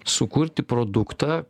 sukurti produktą